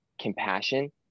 compassion